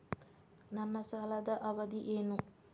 ನನ್ನ ಸಾಲದ ಅವಧಿ ಏನು?